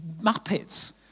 muppets